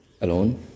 alone